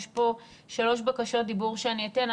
יש פה שלוש בקשות דיבור שאני אתן.